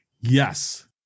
Yes